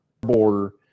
Border